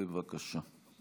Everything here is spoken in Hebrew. בבקשה.